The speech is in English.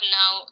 now